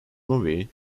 movie